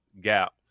gap